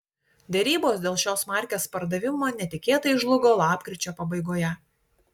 derybos dėl šios markės pardavimo netikėtai žlugo lapkričio pabaigoje